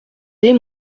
des